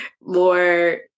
more